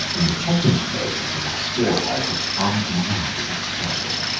in the second place it was a storehouse of unimagined treasures.